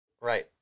Right